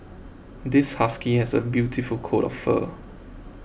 this husky has a beautiful coat of fur